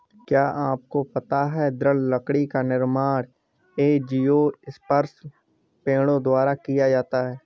क्या आपको पता है दृढ़ लकड़ी का निर्माण एंजियोस्पर्म पेड़ों द्वारा किया जाता है?